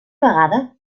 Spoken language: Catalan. vegada